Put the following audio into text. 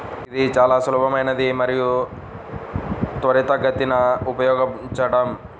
ఇది చాలా సులభమైనది మరియు త్వరితగతిన ఉపయోగించడం